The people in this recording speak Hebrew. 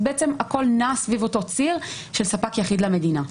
בעצם, הכול נע סביב אותו ציר של ספק יחיד למדינה.